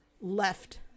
left